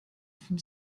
from